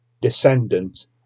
descendant